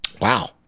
Wow